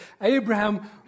Abraham